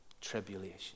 Tribulation